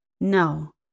No